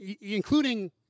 including